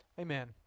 Amen